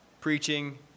preaching